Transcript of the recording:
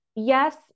Yes